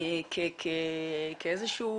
כאיזה שהוא